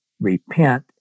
repent